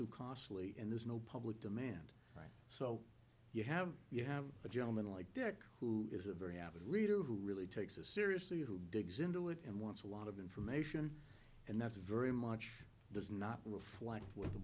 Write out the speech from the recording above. too costly and there's no public demand so you have you have a gentleman like derek who is a very avid reader who really takes this seriously who digs into it and wants a lot of information and that's very much does not reflect what the